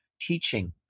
teaching